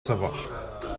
savoir